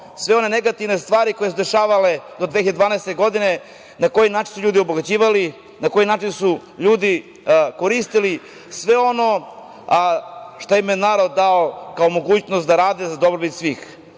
sve one negativne stvari koje su se dešavale do 2012. godine, na koji način su se ljudi obogaćivali, na koji način su ljudi koristili sve ono što im je narod dao kao mogućnost da rade za dobrobit svih. Oni